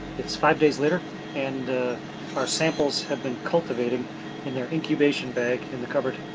it's five days later and our samples have been cultivating in their incubation bag in the cabberd.